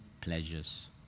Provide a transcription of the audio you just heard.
pleasures